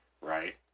Right